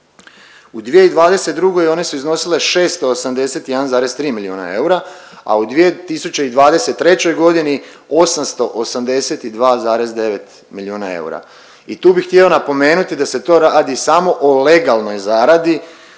U 2022. one su iznosile 681,3 miliona eura, a u 2023. godini 882,9 milijuna eura. I tu bih htio napomenuti da se to radi samo o legalnoj zaradi